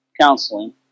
counseling